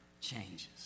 changes